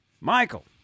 Michael